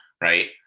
right